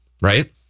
right